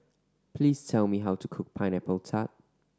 please tell me how to cook Pineapple Tart